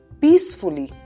peacefully